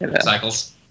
cycles